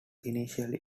initially